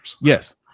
Yes